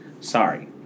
Sorry